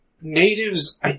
natives